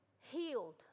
healed